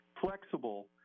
flexible